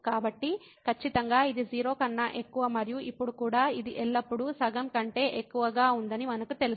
కాబట్టి ఖచ్చితంగా ఇది 0 కన్నా ఎక్కువ మరియు ఇప్పుడు కూడా ఇది ఎల్లప్పుడూ సగం కంటే ఎక్కువగా ఉందని మనకు తెలుసు